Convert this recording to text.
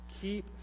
Keep